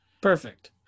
Perfect